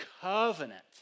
covenant